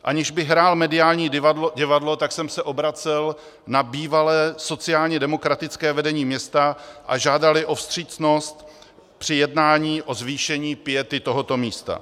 Aniž bych hrál mediální divadlo, tak jsem se obracel na bývalé sociálně demokratické vedení města a žádal o vstřícnost při jednání o zvýšení piety tohoto místa.